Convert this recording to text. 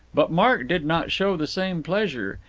but mark did not show the same pleasure.